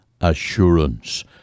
assurance